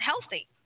healthy